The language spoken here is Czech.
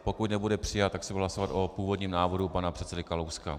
Pokud nebude přijat, tak se bude hlasovat o původním návrhu pana předsedy Kalouska.